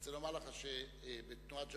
אני רוצה לומר לך שבתנועת ז'בוטינסקי,